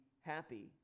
happy